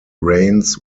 rains